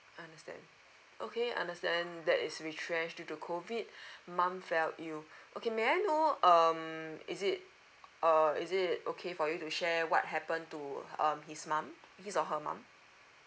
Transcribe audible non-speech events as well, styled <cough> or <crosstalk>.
understand okay understand that is retrenched due to COVID <breath> mum fell ill okay may I know um is it uh is it okay for you to share what happened to um his mum his or her mum